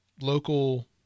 local